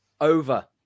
over